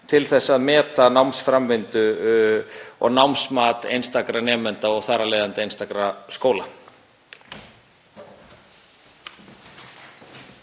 til að meta námsframvindu og námsmat einstakra nemenda og þar af leiðandi einstakra skóla.